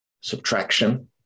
Subtraction